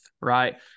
right